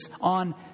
on